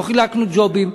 לא חילקנו ג'ובים.